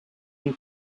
and